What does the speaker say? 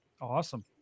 Awesome